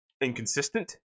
inconsistent